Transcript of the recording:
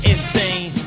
Insane